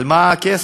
על מה הכסף.